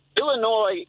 Illinois